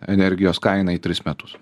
energijos kainą į tris metus